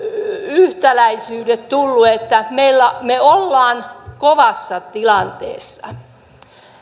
yhtäläisyydet tulleet että me olemme kovassa tilanteessa